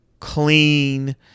clean